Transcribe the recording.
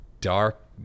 dark